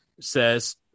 says